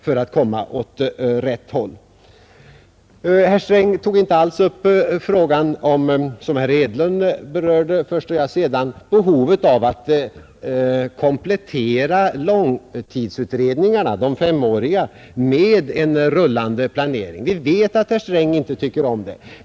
Herr Sträng tog inte alls upp den fråga som herr Hedlund först och sedan jag berörde, nämligen behovet av att komplettera de femåriga långtidsutredningarna med en rullande planering. Vi vet att herr Sträng inte tycker om det.